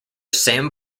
sam